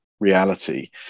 reality